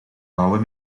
gouden